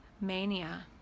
mania